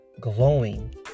glowing